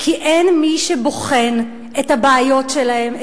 כי אין מי שבוחן את הבעיות שלהם,